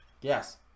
Yes